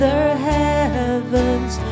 heavens